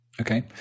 Okay